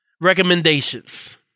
Recommendations